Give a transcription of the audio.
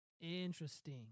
interesting